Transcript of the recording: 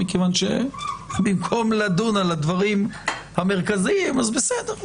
בגלל שבמקום לדון על הדברים המרכזיים אז בסדר,